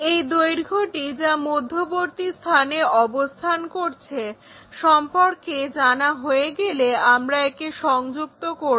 এই দৈর্ঘ্যটি যা মধ্যবর্তী স্থানে অবস্থান করছে সম্পর্কে জানা হয়ে গেলে আমরা একে সংযুক্ত করব